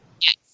Yes